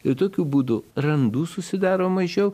ir tokiu būdu randų susidaro mažiau